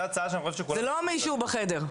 זאת הצעה --- זה לא מישהו בחדר.